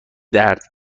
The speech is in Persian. درد